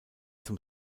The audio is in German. zum